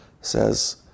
says